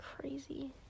crazy